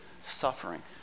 suffering